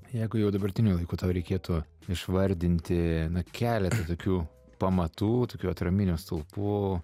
jeigu jau dabartiniu laiku tau reikėtų išvardinti keletą tokių pamatų tokių atraminių stulpų